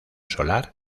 solar